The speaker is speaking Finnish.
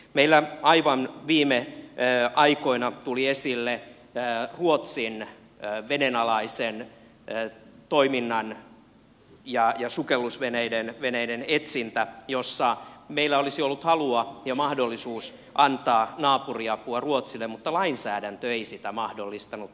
meillä aivan viime aikoina tuli esille ruotsin vedenalainen toiminta ja sukellusveneiden etsintä jossa meillä olisi ollut halua ja mahdollisuus antaa naapuriapua ruotsille mutta lainsäädäntö ei sitä mahdollistanut